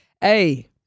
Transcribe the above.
Hey